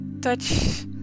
touch